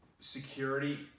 security